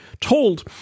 told